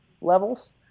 levels